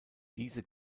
diese